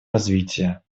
развития